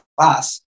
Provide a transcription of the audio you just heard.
class